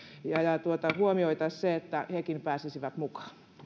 ja huomioitaisiin se että hekin pääsisivät mukaan